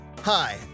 Hi